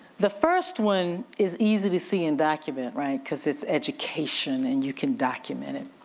the first one is easy to see in document, right cause it's education and you can document it.